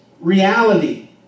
reality